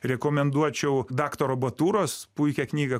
rekomenduočiau daktaro batūros puikią knygą